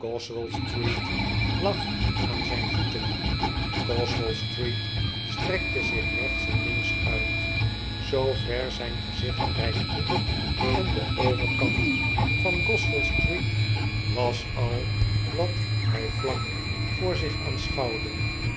lag aan zijn voeten goswell street strekte zich rechts en links uit zoover zijn gezicht reikte en de overkant van goswell street was al wat hij vlak voor zich